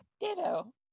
Ditto